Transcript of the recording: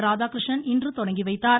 ராதாகிருஷ்ணன் இன்று தொடங்கி வைத்தார்